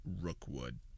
Rookwood